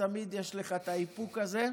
תמיד יש לך את האיפוק הזה,